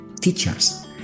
teachers